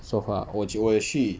so far 我觉我有去